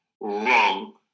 wrong